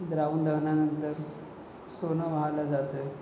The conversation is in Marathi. रावण दहनानंतर सोनं वाहिलं जातं